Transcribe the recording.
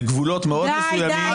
לגבולות מאוד מסוימים -- די.